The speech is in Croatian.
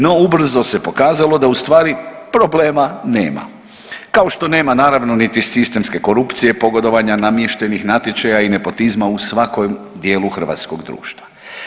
No, ubrzo se pokazalo da ustvari problema nema kao što nema naravno niti sistemske korupcije, pogodovanja, namještanih natječaja i nepotizma u svakom dijelu hrvatskog društva.